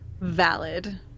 Valid